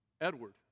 Edward